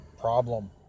problem